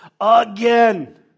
again